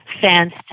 fenced